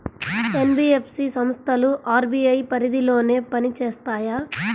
NBFC సంస్థలు RBI పరిధిలోనే పని చేస్తాయా?